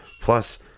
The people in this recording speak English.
Plus